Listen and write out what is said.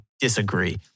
disagree